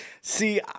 See